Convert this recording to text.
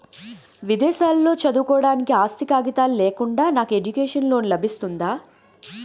విదేశాలలో చదువుకోవడానికి ఆస్తి కాగితాలు లేకుండా నాకు ఎడ్యుకేషన్ లోన్ లబిస్తుందా?